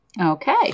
Okay